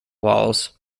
walls